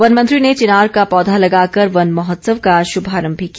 one मंत्री ने चिनार का पौधा लगाकर वन महोत्सव का शुभारम्भ भी किया